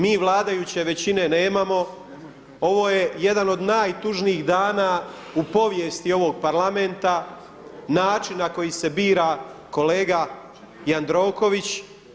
Mi vladajuće većine nemamo, ovo je jedan od najtužnijih dana u povijesti ovog Parlamenta način na koji se bira kolega Jandroković.